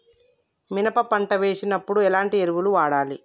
మినప పంట వేసినప్పుడు ఎలాంటి ఎరువులు వాడాలి?